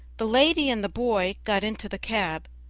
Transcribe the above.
the lady and the boy got into the cab,